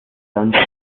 done